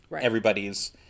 everybody's